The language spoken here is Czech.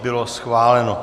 Bylo schváleno.